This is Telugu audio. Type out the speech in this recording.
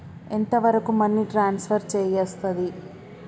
ఎంత వరకు మనీ ట్రాన్స్ఫర్ చేయస్తది?